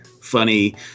funny